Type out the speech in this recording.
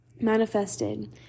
manifested